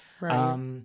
Right